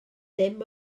ddim